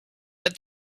that